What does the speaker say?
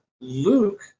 Luke